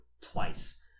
twice